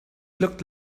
looked